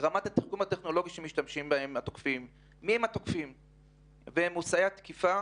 רמת התחכום הטכנולוגי וזהות התוקפים ומושאי התקיפה.